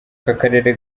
akarere